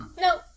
No